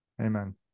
amen